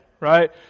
Right